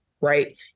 Right